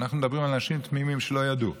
אנחנו מדברים על אנשים תמימים שלא ידעו,